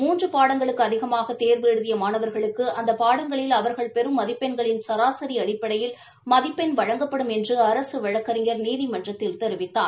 மூன்று பாடங்களுக்கு அதிகமாக தோ்வு எழுதிய மாணவர்களுக்கு அந்த பாடங்களில் அவர்கள் பெரும் மதிப்பெண்களின் சராசி அடிப்படையில் மதிப்பெண் வழங்கப்படும் என்று அரசு வழங்கறிஞர் நீதிமன்றத்தில் தெரிவித்தார்